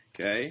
okay